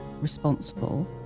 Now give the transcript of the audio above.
responsible